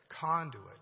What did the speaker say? conduit